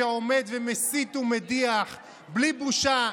שעומד ומסית ומדיח בלי בושה.